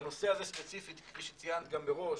בנושא הזה ספציפית, כפי שציינת מראש,